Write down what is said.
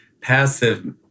passive